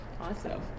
Awesome